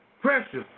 Precious